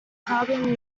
carbon